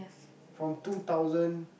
from two thousand